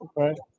okay